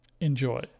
Enjoy